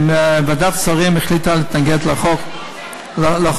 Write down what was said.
וועדת השרים החליטה להתנגד לחוק הזה.